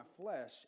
flesh